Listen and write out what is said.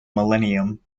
millennium